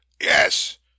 Yes